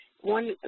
One